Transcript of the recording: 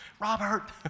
Robert